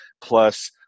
Plus